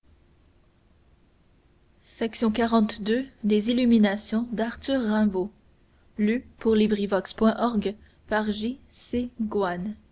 des illuminations de rimbaud